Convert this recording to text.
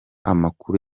amakuru